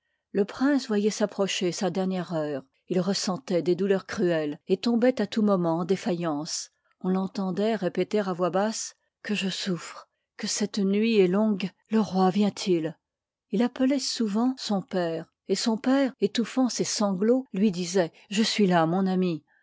le prince voyoit s'approcher sa dernière heure il ressentoit des douleurs cruelles et tomboit à tout moment en défaillance on l'entendoit répéter à voix basse que je souffre que cette nuit est longue le roi vient-il il appeloit souvent son père et son père étouffant ses sanglots lui disoit je suis là mon ami